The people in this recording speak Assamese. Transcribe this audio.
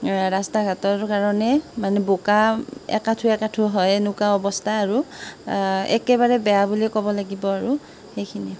ৰাষ্টা ঘাটৰ কাৰণে মানে বোকা একাঁঠু একাঁঠু হয় এনেকুৱা অৱস্থা আৰু একেবাৰে বেয়া বুলিয়েই ক'ব লাগিব আৰু এইখিনিয়েই